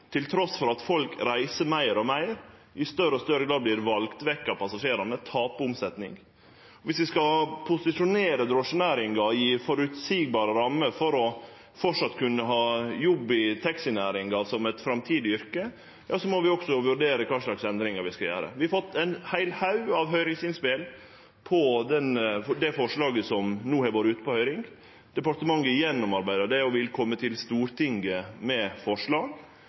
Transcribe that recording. at folk reiser meir og meir, i større og større grad vert vald vekk av passasjerane og tapar omsetning. Viss vi skal posisjonere drosjenæringa i føreseielege rammer for at ein framleis kan ha jobb i taxinæringa i framtida, må vi også vurdere kva slags endringar vi skal gjere. Vi har fått ein heil haug av høyringsinnspel til det forslaget som no har vore ute på høyring. Departementet gjennomarbeider det og vil kome til Stortinget med forslag.